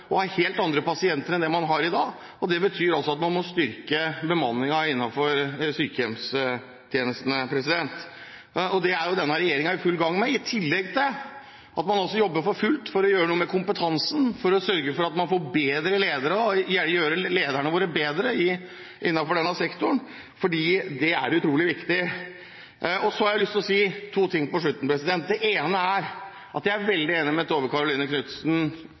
helt andre pasienter enn det man har i dag. Det betyr at man må styrke bemanningen innenfor sykehjemstjenestene. Det er denne regjeringen i full gang med, i tillegg til at man også jobber for fullt for å gjøre noe med kompetansen, for å sørge for at man får bedre ledere – gjør lederne våre bedre – innenfor denne sektoren. Det er utrolig viktig. Så har jeg lyst til å si to ting på slutten. Det ene er at jeg er veldig enig med representanten Tove Karoline Knutsen